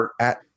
at-